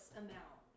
amount